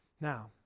Now